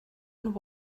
and